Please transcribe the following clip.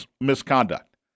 misconduct